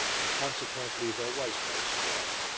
and consequently there was no sedan.